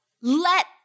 Let